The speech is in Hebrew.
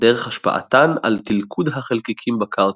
דרך השפעתן על תלכוד החלקיקים בקרקע.